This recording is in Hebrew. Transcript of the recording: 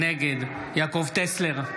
נגד יעקב טסלר,